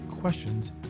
questions